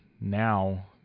now